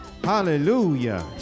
hallelujah